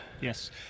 Yes